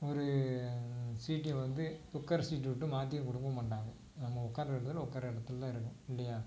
ஒரு சீட்டை வந்து உட்கார்ற சீட்டு விட்டு மாற்றி கொடுக்கவும் மாட்டாங்க நம்ம உட்கார்ற இடத்துல உட்கார்ற இடத்துல தான் இருக்கணும் இல்லையா